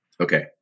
Okay